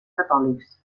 catòlics